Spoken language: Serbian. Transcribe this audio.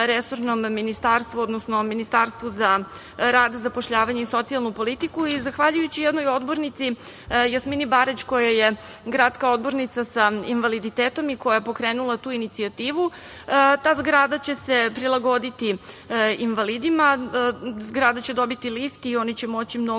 resornom ministarstvu odnosno Ministarstvu za rad, zapošljavanje i socijalnu politiku i zahvaljujući jednoj odbornici, Jasmini Barać, koja je gradska odbornica sa invaliditetom i koja je pokrenula tu inicijativu, ta zgrada će se prilagoditi invalidima. Zgrada će dobiti lift i oni će moći mnogo